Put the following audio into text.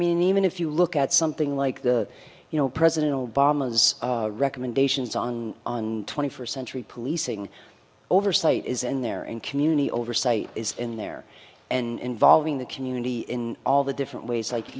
mean even if you look at something like the you know president obama's recommend nations on twenty first century policing oversight is in there and community oversight is in there and involving the community in all the different ways like